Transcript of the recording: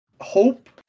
hope